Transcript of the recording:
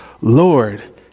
Lord